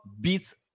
beats